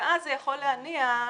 ואז זה יכול להניע הליכים.